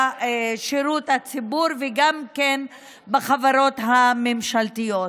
בשירות הציבורי וגם בחברות הממשלתיות.